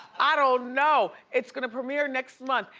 i don't know. it's gonna premiere next month.